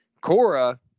Cora